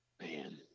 man